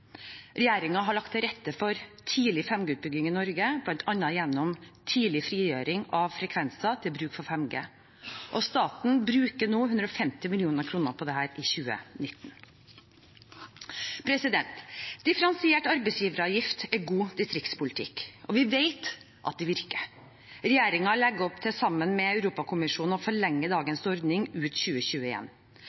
har lagt til rette for tidlig 5G-utbygging i Norge, bl.a. gjennom tidlig frigjøring av frekvenser til bruk for 5G. Staten brukte 150 mill. kr på dette i 2019. Differensiert arbeidsgiveravgift er god distriktspolitikk, og vi vet at det virker. Regjeringen legger sammen med Europakommisjonen opp til å forlenge dagens ordning ut